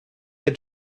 der